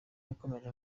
yakomeje